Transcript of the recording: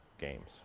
games